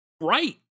right